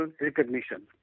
recognition